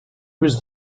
was